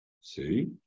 See